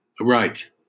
Right